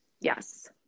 yes